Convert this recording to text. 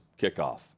kickoff